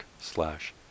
slash